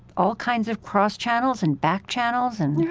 all kinds of cross channels and back channels and